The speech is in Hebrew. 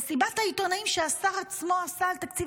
במסיבת העיתונאים שהשר עצמו עשה על תקציב